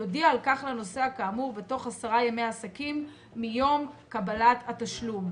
יודיע על כך לנוסע כאמור בתוך עשרה ימי עסקים מיום קבלת התשלום.